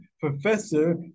professor